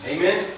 Amen